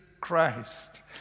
Christ